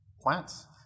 plants